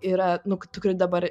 yra nu tikrai dabar